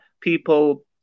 people